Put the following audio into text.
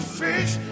fish